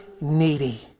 needy